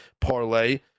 parlay